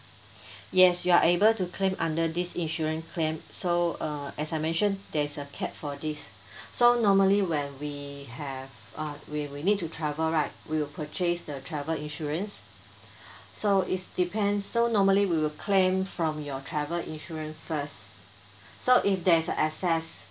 yes you are able to claim under this insurance claim so uh as I mentioned there's a cap for this so normally when we have uh we we need to travel right we'll purchase the travel insurance so is depends so normally we will claim from your travel insurance first so if there's an excess